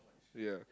ya